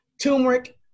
Turmeric